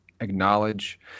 acknowledge